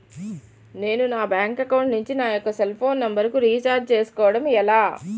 నేను నా bank account నుంచి నా యెక్క సెల్ ఫోన్ నంబర్ కు రీఛార్జ్ చేసుకోవడం ఎలా?